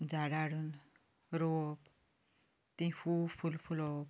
झाडां हाडून रोवप तीं खूब फूलां फुलोवप